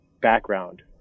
background